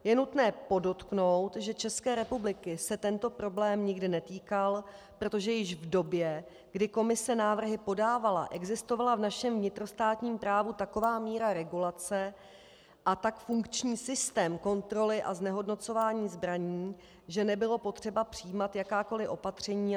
Je nutné podotknout, že České republiky se tento problém nikdy netýkal, protože již v době, kdy Komise návrhy podávala, existovala v našem vnitrostátním právu taková míra regulace a tak funkční systém kontroly a znehodnocování zbraní, že nebylo potřeba přijímat jakákoliv opatření.